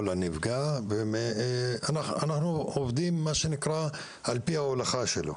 הנפגע ואנחנו עובדים על פי ההולכה שלו,